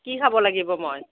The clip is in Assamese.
কি খাব লাগিব মই